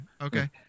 Okay